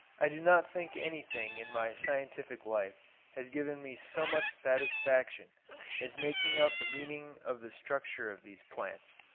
i do not think anything in my scientific life has given me so much satisfaction as making out the meaning of the structure of these plants.